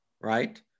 right